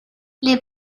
les